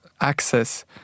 access